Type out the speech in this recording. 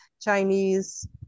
Chinese